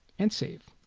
and save.